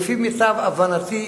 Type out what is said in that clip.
לפי מיטב הבנתי,